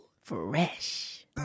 Fresh